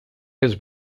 his